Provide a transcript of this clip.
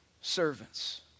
servants